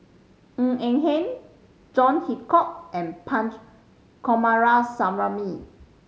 Ng Eng Hen John Hitchcock and Punch Coomaraswamy